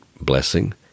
blessing